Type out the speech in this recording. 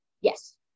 Yes